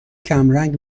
کمرنگ